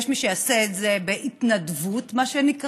יש מי שיעשה את זה בהתנדבות, מה שנקרא,